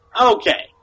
Okay